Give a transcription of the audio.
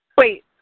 Wait